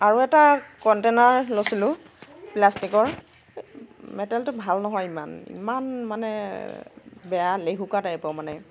আৰু এটা কন্টেইনাৰ লৈছিলোঁ প্লাষ্টিকৰ মেটেলটো ভাল নহয় ইমান ইমান মানে বেয়া লেহুকা টাইপৰ মানে